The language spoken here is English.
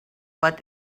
but